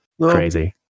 Crazy